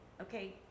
Okay